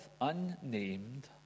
unnamed